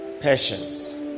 patience